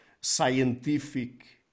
scientific